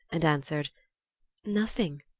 and answered nothing.